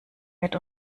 wird